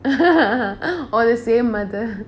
or the same mother